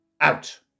out